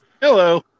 Hello